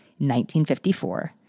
1954